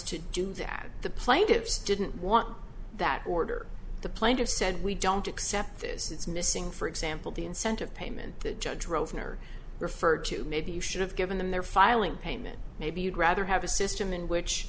to do that the plaintiffs didn't want that order the plaintiffs said we don't accept this it's missing for example the incentive payment the judge rosemary referred to maybe you should have given them their filing payment maybe you'd rather have a system in which